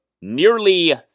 nearly